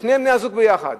שני בני-הזוג יחד,